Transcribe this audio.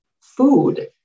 food